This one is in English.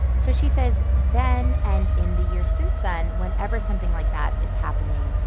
so she says then and in the years since then, whenever something like that is happening,